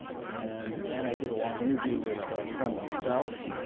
and then i did a long interview with crumb himself. i